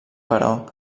però